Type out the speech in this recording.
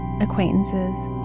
acquaintances